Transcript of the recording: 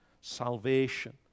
salvation